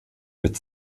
mit